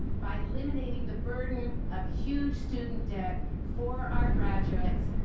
by eliminating the burden of huge student debt for our graduates